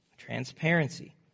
Transparency